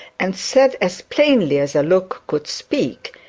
and said, as plainly as a look could speak,